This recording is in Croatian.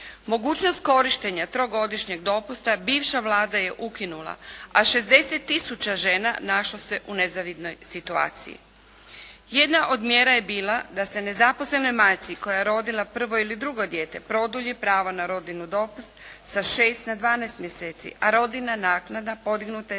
Mogućnost korištenja trogodišnjeg dopusta bivša Vlada je ukinula, a 60 tisuća žena našlo se u nezavidnoj situaciji. Jedna od mjera je bila da se nezaposlenoj majci koja je rodila prvo ili drugo dijete produlji pravo na rodiljni dopust sa 6 na 12 mjeseci, a rodiljna naknada podignuta je